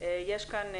יש כאן,